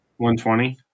120